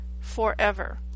forever